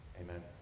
Amen